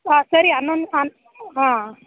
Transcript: ಹಾಂ ಸರಿ ಹನ್ನೊಂದು ಹಾಂ